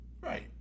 Right